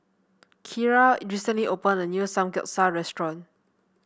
Keira recently opened a new Samgyeopsal restaurant